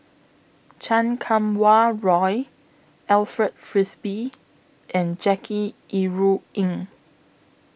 Chan Kum Wah Roy Alfred Frisby and Jackie Yi Ru Ying